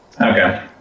Okay